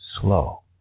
slow